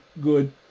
Good